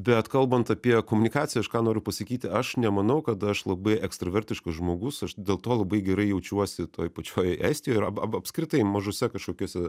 bet kalbant apie komunikaciją aš ką noriu pasakyti aš nemanau kad aš labai ekstravertiškas žmogus aš dėl to labai gerai jaučiuosi toj pačioj estijoj ir ab apskritai mažuose kažkokiuose